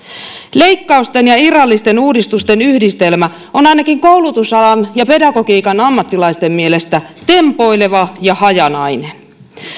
leikkausten ja irrallisten uudistusten yhdistelmä on ainakin koulutusalan ja pedagogiikan ammattilaisten mielestä tempoileva ja hajanainen